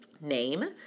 name